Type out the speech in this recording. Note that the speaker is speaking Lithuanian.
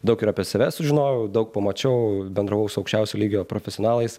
daug ir apie save sužinojau daug pamačiau bendravau su aukščiausio lygio profesionalais